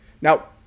Now